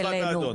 לא שפת האדון,